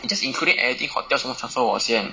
you just including everything hotel 什么 transfer 我先